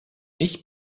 ich